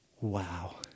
wow